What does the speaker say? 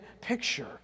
picture